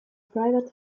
private